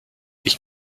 ich